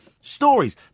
Stories